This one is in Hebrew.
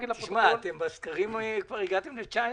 בסקרים כבר הגעתם ל-19.